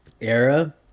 era